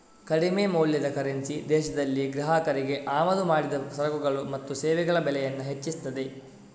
ಕಡಿಮೆ ಮೌಲ್ಯದ ಕರೆನ್ಸಿ ದೇಶದಲ್ಲಿ ಗ್ರಾಹಕರಿಗೆ ಆಮದು ಮಾಡಿದ ಸರಕುಗಳು ಮತ್ತು ಸೇವೆಗಳ ಬೆಲೆಯನ್ನ ಹೆಚ್ಚಿಸ್ತದೆ